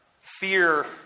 fear